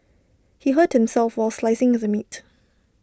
he hurt himself while slicing the meat